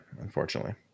Unfortunately